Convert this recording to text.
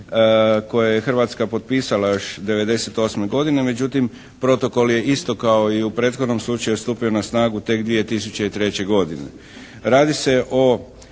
koje je Hrvatska potpisala još '98. godine. No, međutim Protokol je isto kao i u prethodnom slučaju stupio na snagu tek 2003. godine. Radi se o